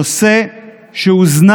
זה נושא שהוזנח,